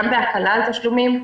גם בהקלה על תשלומים,